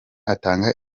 atanga